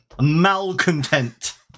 malcontent